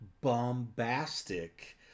bombastic